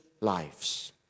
lives